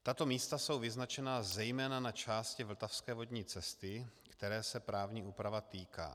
Tato místa jsou vyznačena zejména na části vltavské vodní cesty, které se právní úprava týká.